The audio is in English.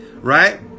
right